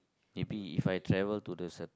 maybe if I travel to the cer~